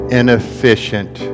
inefficient